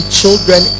children